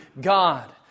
God